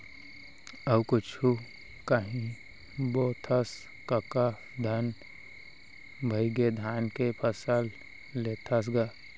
अउ कुछु कांही बोथस कका धन भइगे धाने के फसल लेथस गा?